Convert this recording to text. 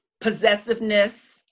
possessiveness